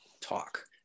talk